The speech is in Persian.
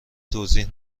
توضیح